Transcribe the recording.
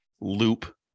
loop